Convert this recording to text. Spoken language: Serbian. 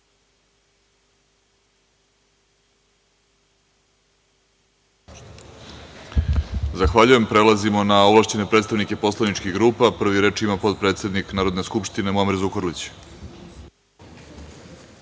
Zahvaljujem. Prelazimo na ovlašćene predstavnike poslaničkih grupa. Reč ima potpredsednik Narodne skupštine, Muamer Zukorlić.